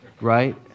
right